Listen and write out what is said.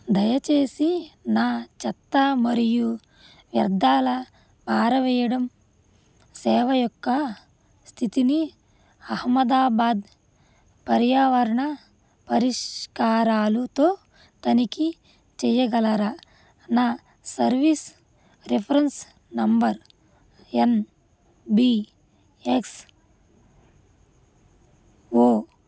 దయచేసి నా చెత్త మరియు వ్యర్థాల పారవేయడం సేవ యొక్క స్థితిని అహ్మదాబాద్ పర్యావరణ పరిష్కారాలతో తనిఖీ చెయ్యగలరా నా service reference number N B X ఓ